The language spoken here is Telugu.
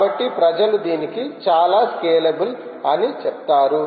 కాబట్టి ప్రజలు దీనికి చాలా స్కేలబుల్ అని చెప్తారు